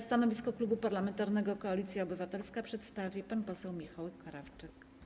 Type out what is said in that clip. Stanowisko Klubu Parlamentarnego Koalicja Obywatelska przedstawi pan poseł Michał Krawczyk.